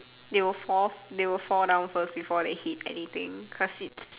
they will fall they will fall down first before they hit anything cause it